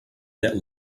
that